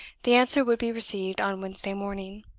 the answer would be received on wednesday morning.